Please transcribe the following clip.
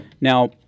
Now